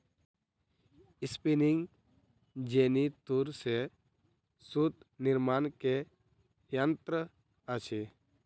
spinning jenny तूर से सूत निर्माण के यंत्र अछि